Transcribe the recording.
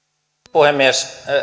puhemies